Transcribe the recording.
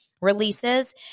releases